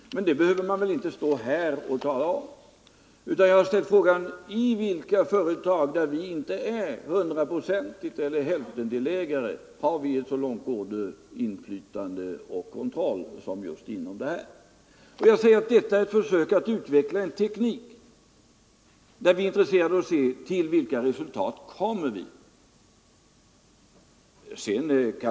Men det behöver jag väl inte stå här och tala om. Jag ställde frågan: I vilka företag, där vi inte har ett hundraprocentigt ägande eller är hälftendelägare, har vi så långtgående inflytande och kontroll som just inom detta företag? Jag sade att detta är ett försök att utveckla en teknik för att se till vilka resultat vi kan komma.